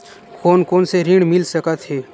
कोन कोन से ऋण मिल सकत हे?